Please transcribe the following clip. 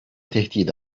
tehdit